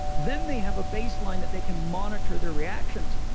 then they have a baseline that they can monitor their reactions.